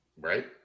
Right